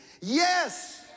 Yes